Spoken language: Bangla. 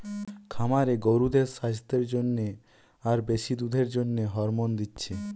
খামারে গরুদের সাস্থের জন্যে আর বেশি দুধের জন্যে হরমোন দিচ্ছে